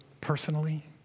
personally